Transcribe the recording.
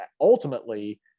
ultimately